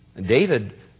David